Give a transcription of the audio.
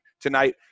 tonight